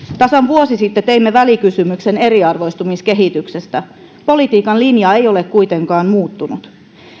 tasan vuosi sitten teimme välikysymyksen eriarvoistumiskehityksestä politiikan linja ei ole kuitenkaan muuttunut